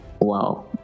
wow